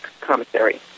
commissary